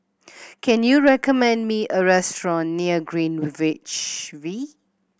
can you recommend me a restaurant near Greenwich V